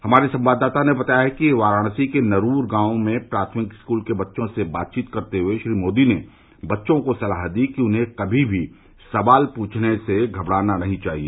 हमारे संवाददाता ने बताया है कि वाराणसी के नरूर गांव में प्राथमिक स्कूल के बच्चों से बात करते हुए श्री मोदी ने बच्चों को सलाह दी कि उन्हें कभी भी सवाल पूछने से घबराना नहीं चाहिए